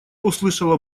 услышала